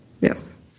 Yes